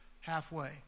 halfway